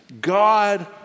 God